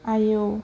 आयौ